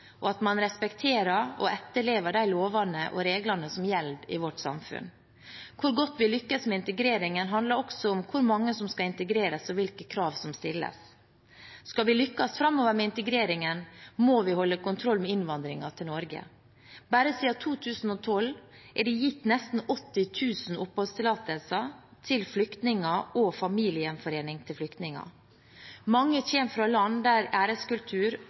og at man respekterer og etterlever de lover og regler som gjelder i vårt samfunn. Hvor godt vi lykkes med integreringen, handler også om hvor mange som skal integreres, og hvilke krav som stilles. Skal vi lykkes framover med integreringen, må vi holde kontroll med innvandringen til Norge. Bare siden 2012 er det gitt nesten 80 000 oppholdstillatelser til flyktninger og familiegjenforening for flyktninger. Mange kommer fra land der vi ser at kulturen er